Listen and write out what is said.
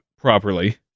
properly